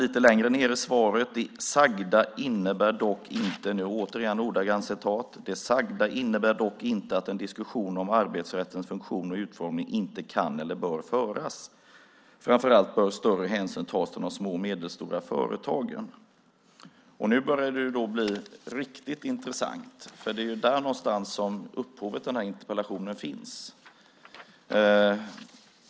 Lite längre ned i svaret står det, och jag citerar återigen ordagrant: "Det sagda innebär dock inte att en diskussion om arbetsrättens funktion och utformning inte kan eller bör föras. Framför allt bör större hänsyn tas till de små och medelstora företagen." Nu börjar det bli riktigt intressant, för det är där någonstans som upphovet till interpellationen finns.